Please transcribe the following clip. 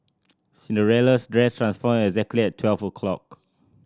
Cinderella's dress transformed exactly at twelve o'clock